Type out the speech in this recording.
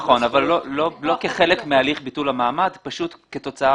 נכון, אבל לא כחלק מהליך ביטול המעמד, אלא כתוצאה